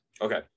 Okay